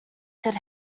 said